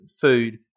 food